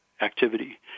activity